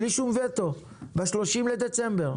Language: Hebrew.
בלי שום וטו ב-30 בדצמבר.